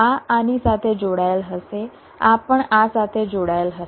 આ આની સાથે જોડાયેલ હશે આ પણ આ સાથે જોડાયેલ હશે